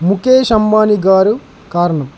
ముఖేష్ అంబాని గారు కారణం